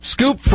Scoop